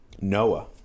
Noah